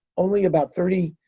only about thirty,